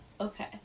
okay